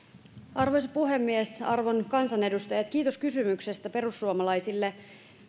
arvoisa puhemies arvon kansanedustajat kiitos kysymyksestä perussuomalaisille